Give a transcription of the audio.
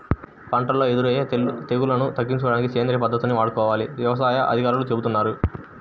పంటల్లో ఎదురయ్యే తెగుల్లను తగ్గించుకోడానికి సేంద్రియ పద్దతుల్ని వాడుకోవాలని యవసాయ అధికారులు చెబుతున్నారు